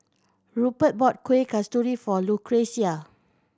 Rupert bought Kueh Kasturi for Lucretia